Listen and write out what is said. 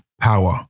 power